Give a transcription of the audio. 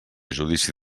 judici